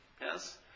Yes